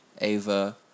Ava